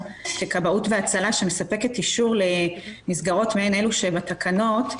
ככבאות והצלה שמספקת אישור למסגרות מעין אלו שבתקנות.